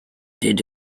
did